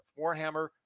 Warhammer